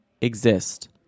exist